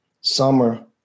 summer